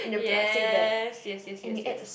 yes yes yes yes yes